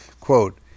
Quote